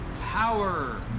power